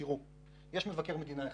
תראו, יש מבקר מדינה,